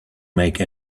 make